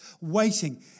waiting